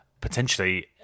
potentially